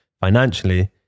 financially